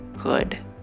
good